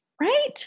right